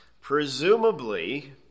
Presumably